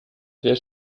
sehr